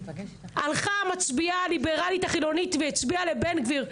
הלכה המצביעה הליברלית החילונית והצביע לבן גברי,